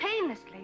painlessly